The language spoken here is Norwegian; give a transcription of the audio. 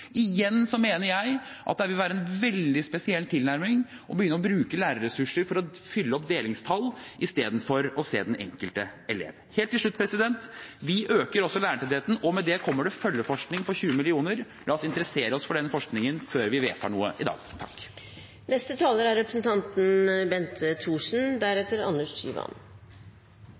Igjen mener jeg at det ville være en veldig spesiell tilnærming å begynne å bruke lærerressurser for å oppfylle delingstall, istedenfor å se den enkelte elev. Helt til slutt: Vi øker også lærertettheten, og med det kommer det følgeforskning på 20 mill. kr. La oss interessere oss for den forskningen før vi vedtar noe i dag. Disse forslagene går ut på å fastsette en norm for lærertetthet i norsk skole. Det er